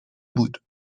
بود